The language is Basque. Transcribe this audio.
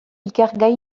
ikergai